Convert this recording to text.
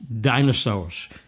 dinosaurs